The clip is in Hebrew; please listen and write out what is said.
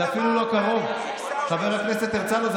יוראי להב הרצנו (יש עתיד): ועל תמר,